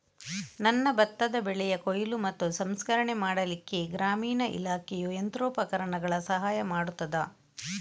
ನನ್ನ ಭತ್ತದ ಬೆಳೆಯ ಕೊಯ್ಲು ಮತ್ತು ಸಂಸ್ಕರಣೆ ಮಾಡಲಿಕ್ಕೆ ಗ್ರಾಮೀಣ ಇಲಾಖೆಯು ಯಂತ್ರೋಪಕರಣಗಳ ಸಹಾಯ ಮಾಡುತ್ತದಾ?